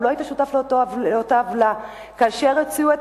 האם לא היית שותף לאותה עוולה כאשר הוציאו את